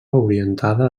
orientada